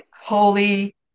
Holy